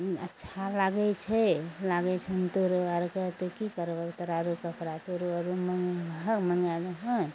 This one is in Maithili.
अच्छा लागय छै लागय छन तोरो आरके तऽ की करबौ तोरा आरो कपड़ा तोरो आरो मङ्ग मङ्गाय देबहन